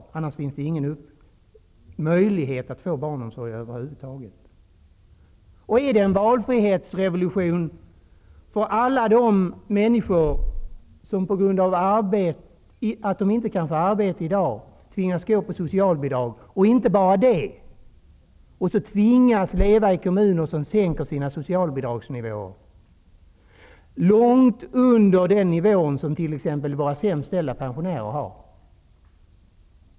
Är det en valfrihetsrevolution för alla de människor som på grund av arbetslöshet tvingas leva på socialbidrag? Många av dessa människor lever i kommuner som sänkt socialbidragen till nivåer som ligger långt under den nivå som våra sämst ställda pensionärer har.